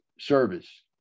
service